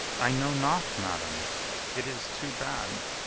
i know not, madam it is too bad,